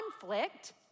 conflict